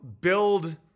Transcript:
build